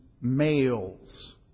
males